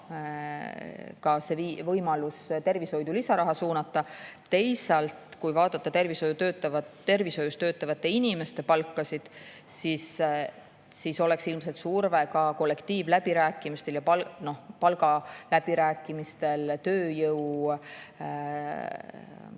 see võimalus tervishoidu lisaraha suunata. Teisalt, kui vaadata tervishoius töötavate inimeste palkasid, siis oleks olnud ilmselt surve kollektiivläbirääkimistel, palgaläbirääkimistel, tööjõu